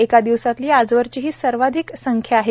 एका दिवसातली आजवरची ही सर्वाधिक संख्या आहे